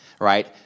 right